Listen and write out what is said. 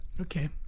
Okay